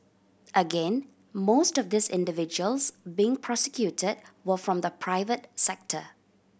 again most of these individuals being prosecuted were from the private sector